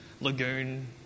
lagoon